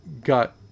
got